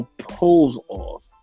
pose-off